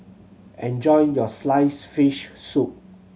enjoy your sliced fish soup